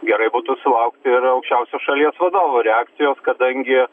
gerai būtų sulaukti ir aukščiausio šalies vadovo reakcijos kadangi